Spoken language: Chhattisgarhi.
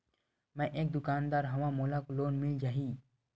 मै एक दुकानदार हवय मोला लोन मिल जाही?